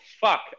fuck